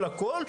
הכל,